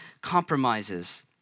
compromises